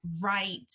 right